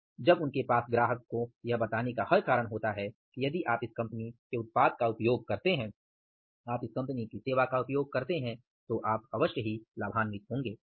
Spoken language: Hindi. और जब उनके पास ग्राहक को यह बताने का हर कारण होता है कि यदि आप इस कंपनी के उत्पाद का उपयोग करते हैं आप इस कंपनी की सेवा का उपयोग करते हैं तो आप लाभान्वित होंगे